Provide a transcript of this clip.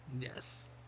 yes